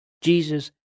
Jesus